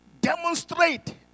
demonstrate